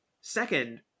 Second